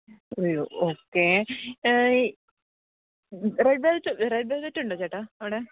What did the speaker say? വരും ഓക്കേ ഈ red velvet red velvet ഉണ്ടോ ചേട്ടാ അവിടെ